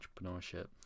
entrepreneurship